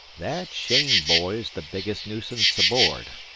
that cheyne boy's the biggest nuisance aboard,